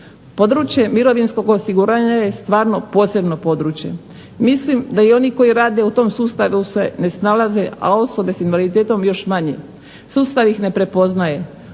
Područje mirovinskog osiguranja je stvarno posebno područje. Mislim da i oni koji rade u tom sustavu se ne snalaze, a osobe sa invaliditetom još manje. Sustav ih ne prepoznaje.